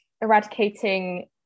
eradicating